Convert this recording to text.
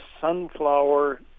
sunflower